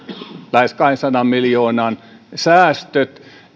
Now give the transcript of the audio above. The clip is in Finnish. lähes kahdensadan miljoonan säästöt